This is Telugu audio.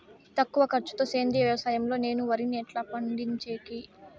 తక్కువ ఖర్చు తో సేంద్రియ వ్యవసాయం లో నేను వరిని ఎట్లా పండించేకి?